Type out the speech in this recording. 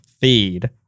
feed